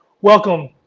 welcome